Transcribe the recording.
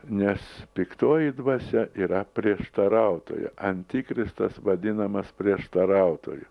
nes piktoji dvasia yra prieštarautoja antikristas vadinamas prieštarautoju